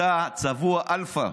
אתה צבוע אלפא.